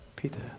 Peter